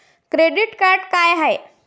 Credit card का हाय?